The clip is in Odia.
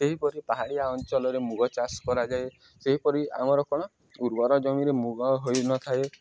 ସେହିପରି ପାହାଡ଼ିଆ ଅଞ୍ଚଳରେ ମୁଗ ଚାଷ କରାଯାଏ ସେହିପରି ଆମର କ'ଣ ଉର୍ବର ଜମିରେ ମୁଗ ହୋଇନଥାଏ